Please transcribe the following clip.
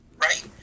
right